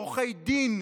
עורכי דין,